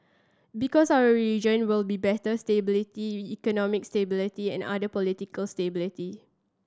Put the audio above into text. because our region will be better stability economic stability and other political stability